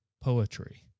poetry